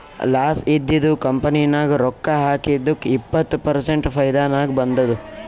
loss ಇದ್ದಿದು company ನಾಗ್ ರೊಕ್ಕಾ ಹಾಕಿದ್ದುಕ್ ಇಪ್ಪತ್ ಪರ್ಸೆಂಟ್ ಫೈದಾ ನಾಗ್ ಬಂದುದ್